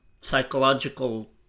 psychological